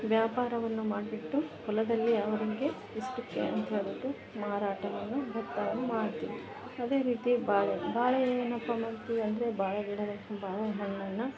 ವ್ಯಾಪಾರವನ್ನು ಮಾಡಿಬಿಟ್ಟು ಹೊಲದಲ್ಲಿ ಯಾವಾಗಿಂಗೆ ಇಷ್ಟಕ್ಕೆ ಅಂತ ಹೇಳಿಬಿಟ್ಟು ಮಾರಾಟವನ್ನು ಭತ್ತವನ್ನು ಮಾಡ್ತೀವಿ ಅದೇ ರೀತಿ ಬಾಳೆ ಬಾಳೆಯನ್ನು ಏನಪ್ಪಾ ಮಾಡ್ತೀವಂದರೆ ಬಾಳೆ ಗಿಡ ಬಾಳೆ ಹಣ್ಣನ್ನು